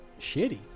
shitty